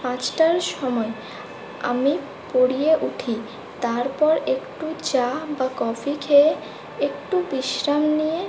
পাঁচটার সময় আমি পড়িয়ে উঠি তারপর একটু চা বা কফি খেয়ে একটু বিশ্রাম নিয়ে